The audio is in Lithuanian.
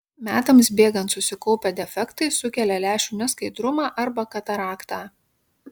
metams bėgant susikaupę defektai sukelia lęšių neskaidrumą arba kataraktą